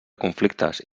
conflictes